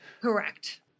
Correct